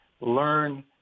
learn